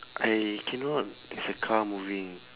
I cannot there's a car moving